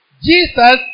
Jesus